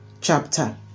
chapter